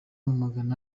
magana